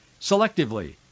selectively